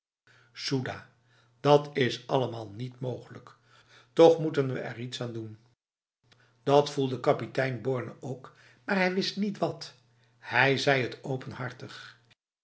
dat is allemaal niet mogelijk toch moeten we er iets aan doen dat voelde kapitein borne ook maar hij wist niet wat hij zei het openhartig